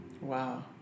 wow